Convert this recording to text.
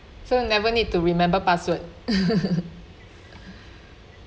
so never need to remember password